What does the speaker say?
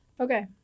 Okay